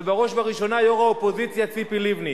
בראש וראשונה יושבת-ראש האופוזיציה ציפי לבני,